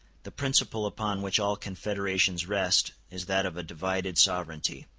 the principle upon which all confederations rest is that of a divided sovereignty.